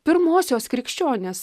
pirmosios krikščionės